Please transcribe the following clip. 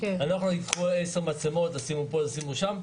אני לא יכול לבחור עשר מצלמות שישימו פה או שם.